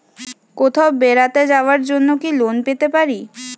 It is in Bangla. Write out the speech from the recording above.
কোথাও বেড়াতে যাওয়ার জন্য কি লোন পেতে পারি?